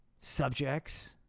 Subjects